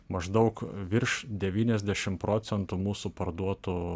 maždaug virš devyniasdešim procentų mūsų parduotų